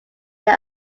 they